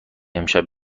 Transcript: امشب